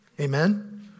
Amen